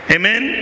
Amen